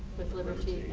with liberty